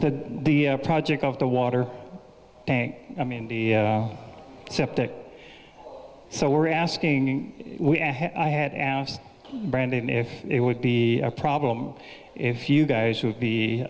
that the project of the water tank i mean the septic so we're asking i had asked brandon if it would be a problem if you guys would be